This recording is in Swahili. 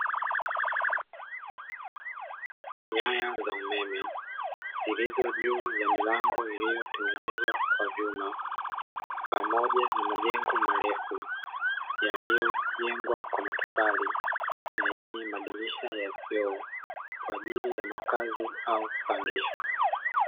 Nyaya za umeme zilizo juu ya milango iliyotengenezwa kwa vyuma, pamoja na majengo marefu yaliyojengwa kwa matofali na yenye madirisha ya vioo, kwa ajili ya makazi au kupangisha.